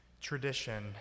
Tradition